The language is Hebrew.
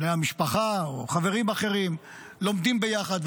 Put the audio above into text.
בני המשפחה או חברים אחרים לומדים ביחד,